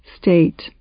state